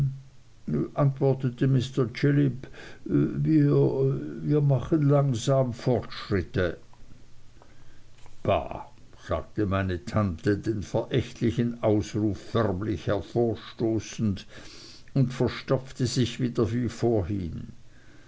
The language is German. antwortete mr chillip wir wir machen langsam fortschritte ba a ah sagte meine tante den verächtlichen ausruf förmlich hervorstoßend und verstopfte sich wieder wie vorhin